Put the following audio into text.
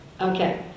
Okay